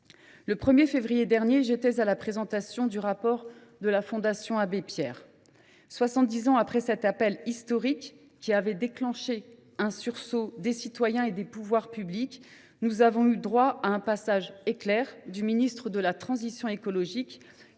Le 1 février dernier, j’étais à la présentation du rapport de la Fondation Abbé Pierre. Soixante dix ans après cet appel historique, qui avait déclenché un sursaut des citoyens et des pouvoirs publics, nous avons eu droit à un passage éclair du ministre de la transition écologique,